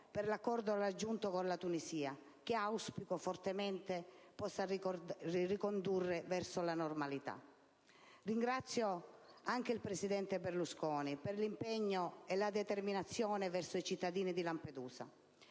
per l'accordo raggiunto con la Tunisia, che auspico fortemente possa ricondurre la situazione verso la normalità. Ringrazio anche il presidente Berlusconi per l'impegno e la determinazione verso i cittadini di Lampedusa.